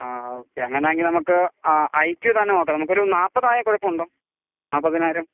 ആ ഓക്കെ അങ്ങനെ ആണെങ്കിൽ നമുക്ക് ഐ ക്യൂ തന്നെ നോക്കാം നമുക്കൊരു നാൽപ്പതായാൽ കുഴപ്പം ഉണ്ടോ നാൽപ്പതിനായിരം